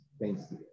Thanks